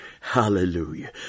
Hallelujah